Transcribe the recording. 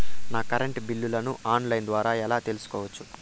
నా కరెంటు బిల్లులను online ద్వారా ఎలా తెలుసుకోవచ్చు?